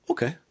Okay